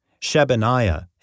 Shebaniah